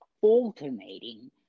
alternating